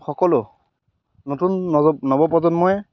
সকলো নতুন নৱপ্ৰজন্মই